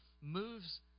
moves